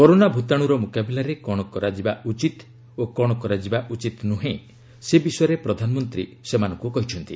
corona ଭୂତାଣୁର ମୁକାବିଲରେ କ'ଣ କରାଯିବା ଉଚିତ୍ ଓ କ'ଣ କରାଯିବା ଉଚିତ୍ ନୁହେଁ ସେ ବିଷୟରେ ପ୍ରଧାନମନ୍ତ୍ରୀ ସେମାନଙ୍କୁ କହିଛନ୍ତି